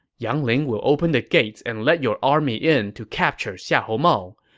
yang ling will open the gates and let your army in to capture xiahou mao.